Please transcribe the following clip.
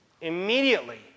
immediately